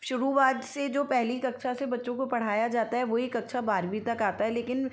शुरुआत से जो पहली कक्षा से बच्चों को पढ़ाया जाता है वही कक्षा बारहवीं तक आता है लेकिन